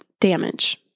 damage